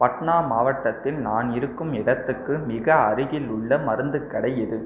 பட்னா மாவட்டத்தில் நான் இருக்கும் இடத்துக்கு மிக அருகிலுள்ள மருந்துக் கடை எது